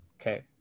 Okay